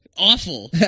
Awful